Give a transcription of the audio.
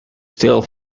still